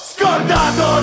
Scordato